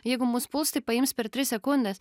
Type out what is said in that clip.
jeigu mus puls tai paims per tris sekundes